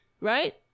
right